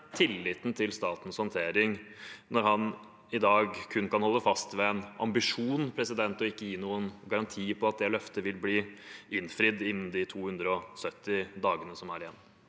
til statens håndtering når han i dag kun kan holde fast ved en ambisjon og ikke gi noen garanti på at det løftet vil bli innfridd innen de 270 dagene som er igjen.